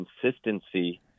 consistency